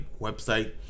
website